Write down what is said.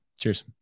Cheers